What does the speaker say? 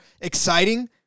exciting